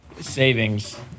savings